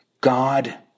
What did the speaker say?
God